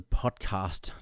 podcast